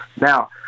Now